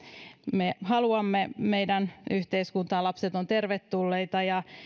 me haluamme meidän yhteiskuntaamme lapset ovat tervetulleita ja